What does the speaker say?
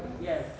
Yes